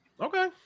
Okay